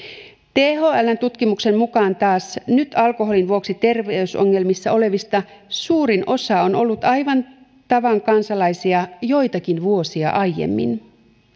thln tutkimuksen mukaan taas nyt alkoholin vuoksi terveysongelmissa olevista suurin osa on ollut aivan tavan kansalaisia joitakin vuosia aiemmin